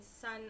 son